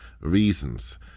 reasons